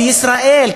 בישראל,